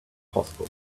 possible